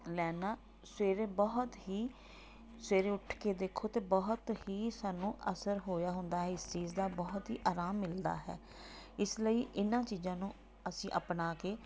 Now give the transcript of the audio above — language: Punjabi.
ਲੈਣ ਨਾਲ਼ ਸਵੇਰੇ ਬਹੁਤ ਹੀ ਸਵੇਰੇ ਉੱਠ ਕੇ ਦੇਖੋ ਤਾਂ ਬਹੁਤ ਹੀ ਸਾਨੂੰ ਅਸਰ ਹੋਇਆ ਹੁੰਦਾ ਹੈ ਇਸ ਚੀਜ਼ ਦਾ ਬਹੁਤ ਹੀ ਆਰਾਮ ਮਿਲਦਾ ਹੈ ਇਸ ਲਈ ਇਹਨਾਂ ਚੀਜ਼ਾਂ ਨੂੰ ਅਸੀਂ ਆਪਣਾ ਕੇ